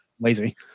Lazy